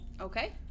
Okay